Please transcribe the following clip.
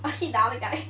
hit the other guy